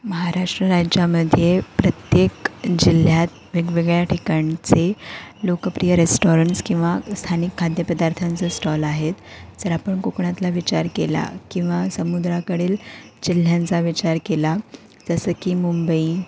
महाराष्ट्र राज्यामध्ये प्रत्येक जिल्ह्यात वेगवेगळ्या ठिकाणचे लोकप्रिय रेस्टॉरंट्स किंवा स्थानिक खाद्यपदार्थांचं स्टॉल आहेत जर आपण कोकणातला विचार केला किंवा समुद्राकडील जिल्ह्यांचा विचार केला जसं की मुंबई